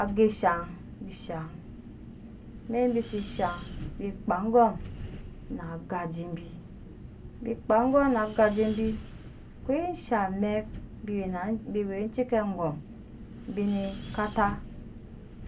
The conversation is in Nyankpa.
aga shaŋ bi shaŋ amɛk bi se shaɲ bi kpaa angom na agajebi kpaa angom na agaje bi kai sha mɛk bi we na biwe ciki angom bi ne kata